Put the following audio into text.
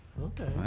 Okay